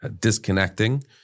disconnecting